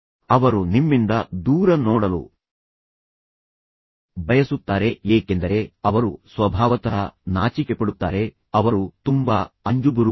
ಅವರು ನಿಮ್ಮಿಂದ ದೂರ ನೋಡಲು ಬಯಸುತ್ತಾರೆ ಏಕೆಂದರೆ ಅವರು ಸ್ವಭಾವತಃ ನಾಚಿಕೆಪಡುತ್ತಾರೆ ಅವರು ತುಂಬಾ ಅಂಜುಬುರುಕರು